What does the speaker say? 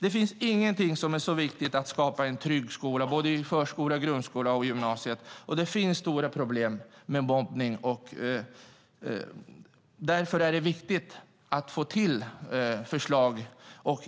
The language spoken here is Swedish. Det finns inget som är så viktigt för att skapa en trygg skola, både i förskolan, grundskolan och gymnasiet, och det finns stora problem med mobbning. Därför är det viktigt att ta fram förslag.